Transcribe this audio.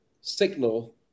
signal